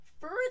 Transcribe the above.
further